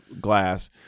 glass